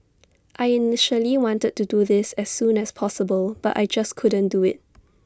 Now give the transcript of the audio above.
I initially wanted to do this as soon as possible but I just couldn't do IT